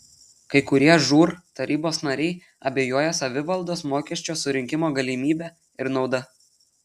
kai kurie žūr tarybos nariai abejoja savivaldos mokesčio surinkimo galimybe ir nauda